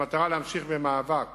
במטרה להמשיך במאבק